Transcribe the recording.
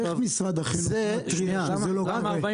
אז איך משרד החינוך מתריע שזה לא קורה?